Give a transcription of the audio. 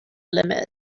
limit